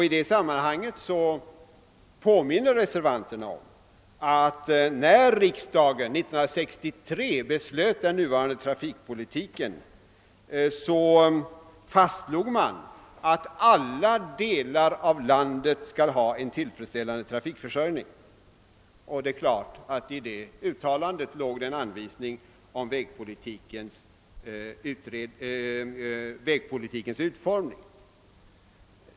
I det sammanhanget påminner reservanterna om att när riksdagen 1963 beslöt den nuvarande trafikpolitiken fastslog man, att alla delar av landet skall ha en tillfredsställande trafikförsörjning, och i det uttalandet låg givetvis en anvisning om vägpolitikens utformning.